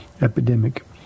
epidemic